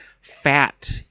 fat